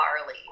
barley